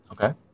Okay